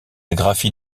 graphie